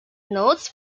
notes